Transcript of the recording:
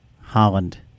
Holland